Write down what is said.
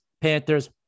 Panthers